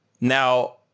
Now